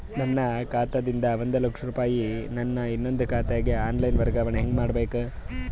ನನ್ನ ಖಾತಾ ದಿಂದ ಒಂದ ಲಕ್ಷ ರೂಪಾಯಿ ನನ್ನ ಇನ್ನೊಂದು ಖಾತೆಗೆ ಆನ್ ಲೈನ್ ವರ್ಗಾವಣೆ ಹೆಂಗ ಮಾಡಬೇಕು?